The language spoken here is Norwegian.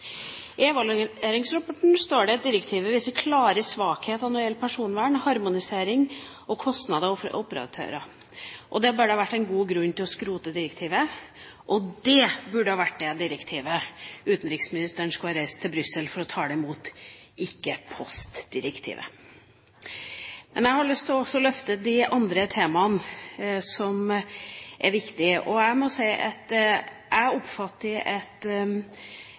I evalueringsrapporten står det at direktivet viser klare svakheter når det gjelder personvern, harmonisering og kostnader for operatører. Det burde vært en god grunn til å skrote direktivet, og det burde vært det direktivet utenriksministeren skulle ha reist til Brussel for å tale imot, ikke postdirektivet. Men jeg har lyst til å løfte de andre temaene som er viktige. Jeg oppfatter at